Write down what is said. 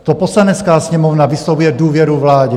To Poslanecká sněmovna vyslovuje důvěru vládě.